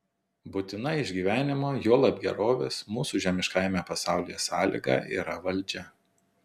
būtina išgyvenimo juolab gerovės mūsų žemiškajame pasaulyje sąlyga yra valdžia